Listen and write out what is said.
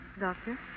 doctor